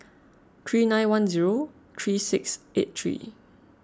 three nine one zero three six eight three